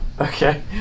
Okay